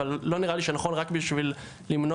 אבל לא נראה לי שנכון רק בשביל למנוע